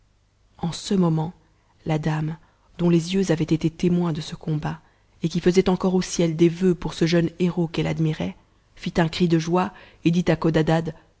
en ce moment la dame dont les yeux avaient été témoins de ce combat et qui faisait encore au ciel des vœux pour ce jeune héros qu'elle admirait fit un cri de joie et dit à